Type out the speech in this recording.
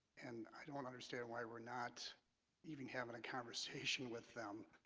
and i don't understand why we're not even having a conversation with them